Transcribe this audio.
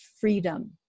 freedom